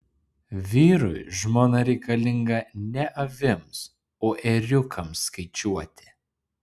vyrui žmona reikalinga ne avims o ėriukams skaičiuoti